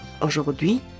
Aujourd'hui